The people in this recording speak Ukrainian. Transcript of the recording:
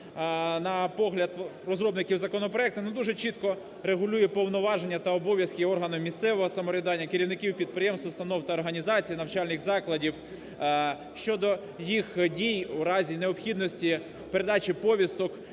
на погляд розробників законопроекту, не дуже чітко регулює повноваження та обов'язки органам місцевого самоврядування, керівників підприємств, установ та організацій, навчальних закладів щодо їх дій у разі необхідності передачі повісток